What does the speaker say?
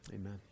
amen